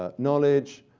ah knowledge,